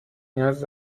نیاز